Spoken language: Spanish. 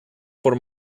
por